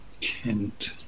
Kent